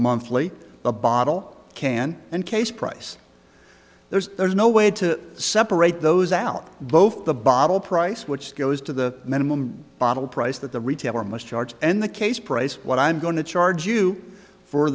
monthly the bottle can and case price there's no way to separate those out both the bottle price which goes to the minimum bottle price that the retailer must charge and the case price what i'm going to charge you for